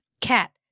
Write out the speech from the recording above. Cat